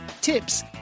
tips